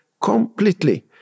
completely